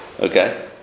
okay